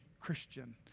Christian